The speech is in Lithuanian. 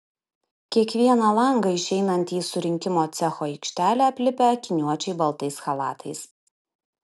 kiekvieną langą išeinantį į surinkimo cecho aikštelę aplipę akiniuočiai baltais chalatais